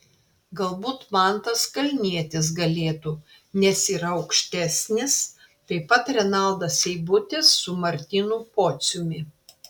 galbūt mantas kalnietis galėtų nes yra aukštesnis taip pat renaldas seibutis su martynu pociumi